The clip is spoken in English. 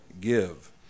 give